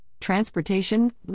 transportation